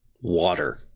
water